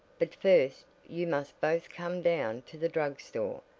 but first you must both come down to the drug store.